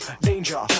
danger